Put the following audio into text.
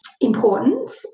important